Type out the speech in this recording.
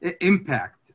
impact